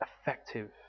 effective